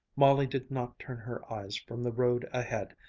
molly did not turn her eyes from the road ahead,